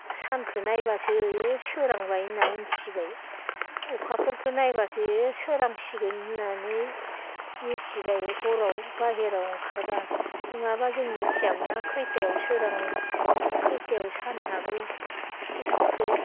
सानखो नायब्लासो ए सोरांबाय होनना उथिबाय अखाफोरखो नायब्लासो ए सोरांसिगोन होननानै मिथिबाय हराव बाहेराव ओंखारब्ला नङाब्ला जों मिथियामोन ना खैथायाव सोराङो खैथायाव सान हाबो इफोरखो